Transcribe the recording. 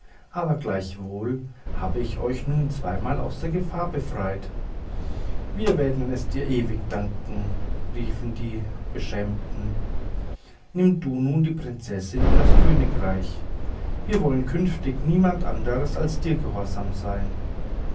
aber gleichwohl hab ich euch nun zweimal aus der gefahr befreit wir werden es dir ewig danken riefen die beschämten nimm du nun die prinzessin und das königreich wir wollen künftig niemand anders als dir gehorsam sein